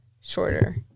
shorter